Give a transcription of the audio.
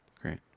Great